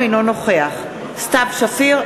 אינו נוכח סתיו שפיר,